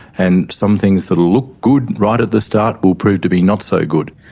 and some things that look good right at the start will prove to be not so good.